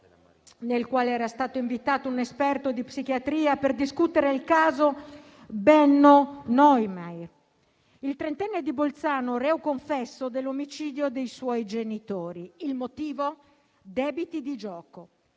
nel quale era stato invitato un esperto di psichiatria per discutere il caso di Benno Neumair, il trentenne di Bolzano reo confesso dell'omicidio dei suoi genitori. Il motivo? Debiti di gioco.